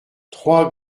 trois